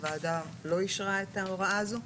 הוועדה לא אישרה את ההוראה הזו.